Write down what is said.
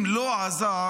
אם לא עזר,